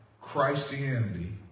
Christianity